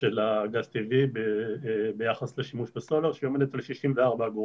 של הגז הטבעי ביחס לשימוש בסולר שהיא עומדת על 64 אגורות.